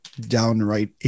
downright